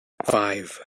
five